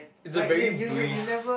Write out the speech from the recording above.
it's a very brief